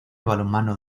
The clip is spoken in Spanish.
balonmano